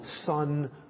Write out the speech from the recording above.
Son